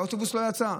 והאוטובוס לא יצא,